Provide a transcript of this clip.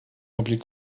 republik